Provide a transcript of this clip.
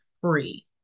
free